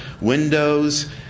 windows